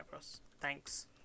Thanks